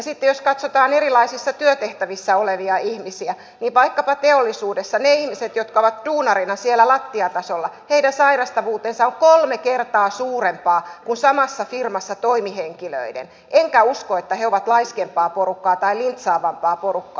sitten jos katsotaan erilaisissa työtehtävissä olevia ihmisiä niin vaikkapa teollisuudessa niiden ihmisten jotka ovat duunarina siellä lattiatasolla sairastavuus on kolme kertaa suurempaa kuin samassa firmassa toimihenkilöiden enkä usko että he ovat laiskempaa porukkaa tai lintsaavampaa porukkaa